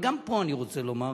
אבל גם פה אני רוצה לומר